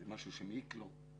יש משהו שמעיק עליו.